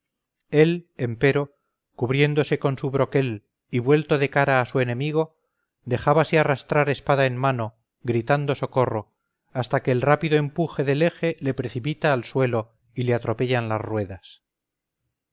él empero cubriéndose con su broquel y vuelto de cara a su enemigo dejábase arrastrar espada en mano gritando socorro hasta que el rápido empuje del eje le precipita al suelo y le atropellan las ruedas